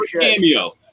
cameo